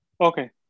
Okay